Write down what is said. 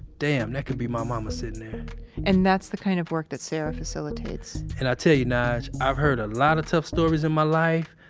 damn. that could be my mama sittin' and that's the kind of work that sara facilitates and i tell you, nig, i've heard a lot of tough stories in my life,